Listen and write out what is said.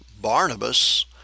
Barnabas